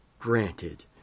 Granted